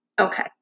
Okay